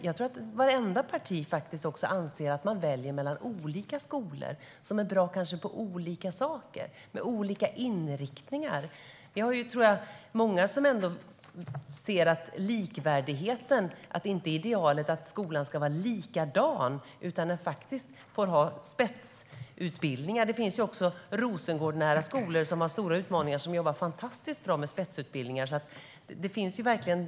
Jag tror att vartenda parti anser att man väljer mellan olika skolor som är bra på olika saker och har olika inriktningar. Idealet är att skolan ska vara likvärdig, inte likadan. Den får ha spetsutbildningar. Det finns Rosengårdnära skolor som har stora utmaningar och som jobbar fantastiskt bra med spetsutbildningar, så den möjligheten finns verkligen.